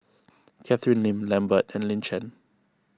Catherine Lim Lambert and Lin Chen